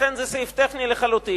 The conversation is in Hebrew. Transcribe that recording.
לכן זה סעיף טכני לחלוטין.